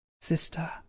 Sister